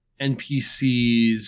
NPCs